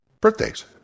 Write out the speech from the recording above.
birthdays